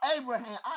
Abraham